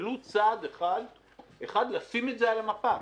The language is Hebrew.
ולו צעד אחד לשים את זה על המפה,